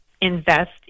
invest